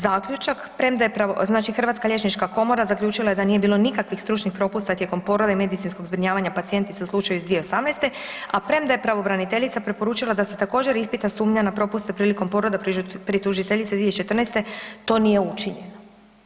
Zaključak, premda je, znači Hrvatska liječnička komora zaključila je da nije bilo nikakvih stručnih propusta tijekom poroda i medicinskog zbrinjavanje pacijentice iz 2018., a premda je pravobraniteljica preporučila da se također, ispita sumnja na propuste prilikom poroda pri tužiteljici 2014., to nije učinjeno.